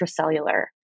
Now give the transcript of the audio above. intracellular